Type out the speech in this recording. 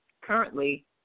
currently